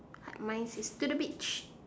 like mine says to the beach